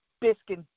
biscuit